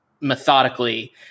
methodically